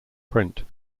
print